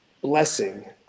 blessing